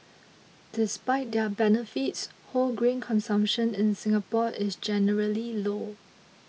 despite their benefits whole grain consumption in Singapore is generally low